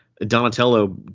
Donatello